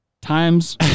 Times